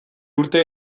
urte